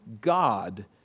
God